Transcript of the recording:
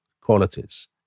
qualities